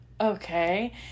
okay